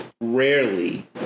rarely